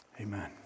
Amen